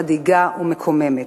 מדאיגה ומקוממת.